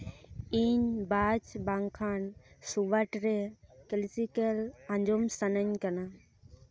ᱤᱧ ᱵᱟᱪ ᱵᱟᱝᱠᱷᱟᱱ ᱥᱩᱨᱟᱴ ᱨᱮ ᱠᱞᱟᱥᱤᱠᱮᱞ ᱟᱸᱡᱚᱢ ᱥᱟᱱᱟᱧ ᱠᱟᱱᱟ